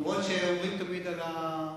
רבותי.